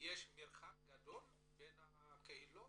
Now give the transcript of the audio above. יש מרחק גדול בין הקהילות?